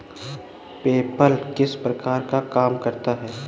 PayPal किस प्रकार काम करता है?